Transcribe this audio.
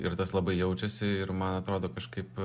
ir tas labai jaučiasi ir man atrodo kažkaip